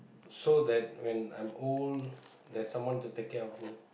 so that when I'm old there's someone to take care of me